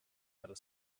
outer